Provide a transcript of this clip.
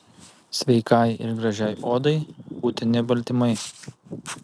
sveikai ir gražiai odai būtini baltymai